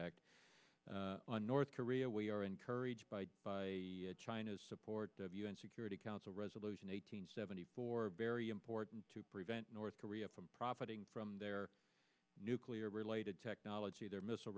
act on north korea we are encouraged by china's support of u n security council resolution eight hundred seventy four very important to prevent north korea from profiting from their nuclear related technology their missile